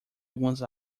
algumas